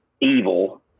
evil